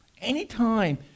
Anytime